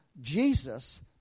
Jesus